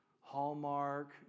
Hallmark